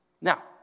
Now